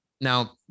Now